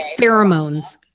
pheromones